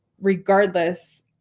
regardless